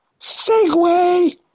Segway